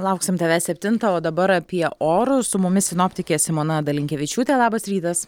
lauksim tavęs septintą o dabar apie orus su mumis sinoptikė simona dalinkevičiūtė labas rytas